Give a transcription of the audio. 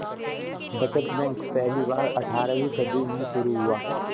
बचत बैंक पहली बार अट्ठारहवीं सदी में शुरू हुआ